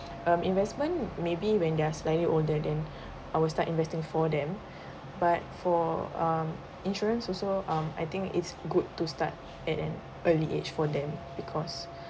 um investment maybe when they're slightly older then I will start investing for them but for um insurance also um I think it's good to start at an early age for them because